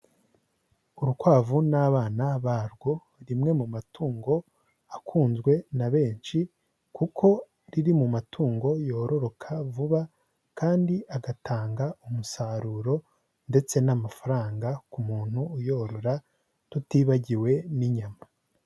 Urukwavu n'abana barwo, rimwe mu matungo akunzwe na benshi, kuko riri mu matungo yororoka vuba kandi agatanga umusaruro ndetse n'amafaranga ku muntu uyorora tutibagiwe n'inyama.